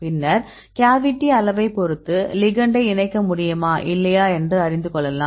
பின்னர் கேவிட்டி அளவைப் பொறுத்து லிகெண்டை இணைக்க முடியுமா இல்லையா என்று அறிந்து கொள்ளலாம்